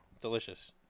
Delicious